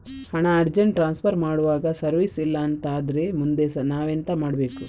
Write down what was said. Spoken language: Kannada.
ಹಣ ಅರ್ಜೆಂಟ್ ಟ್ರಾನ್ಸ್ಫರ್ ಮಾಡ್ವಾಗ ಸರ್ವರ್ ಇಲ್ಲಾಂತ ಆದ್ರೆ ಮುಂದೆ ನಾವೆಂತ ಮಾಡ್ಬೇಕು?